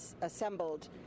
assembled